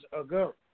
ago